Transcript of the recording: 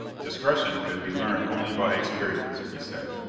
discretion can be learned only by experience, he said.